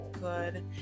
good